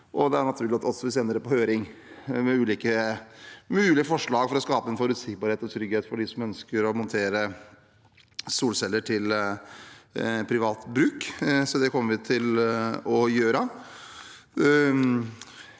Det er også naturlig at vi sender det på høring med ulike mulige forslag for å skape forutsigbarhet og trygghet for de som ønsker å montere solceller til privat bruk, så det kommer vi til å gjøre.